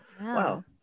Wow